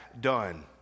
done